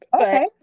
Okay